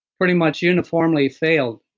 pretty much uniformly failed.